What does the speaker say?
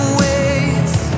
waits